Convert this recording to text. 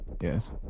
Yes